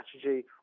strategy